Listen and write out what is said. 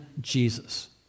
Jesus